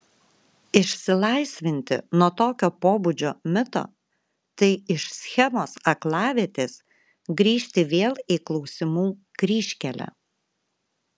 išsilaisvinti nuo tokio pobūdžio mito tai iš schemos aklavietės grįžti vėl į klausimų kryžkelę